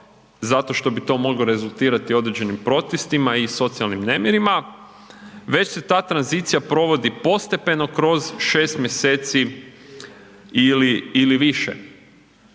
zato što bi to moglo rezultirati određenim protestima i socijalnim nemirima, već se ta tranzicija provodi postepeno kroz 6 mjeseci ili više.